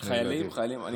חיילים.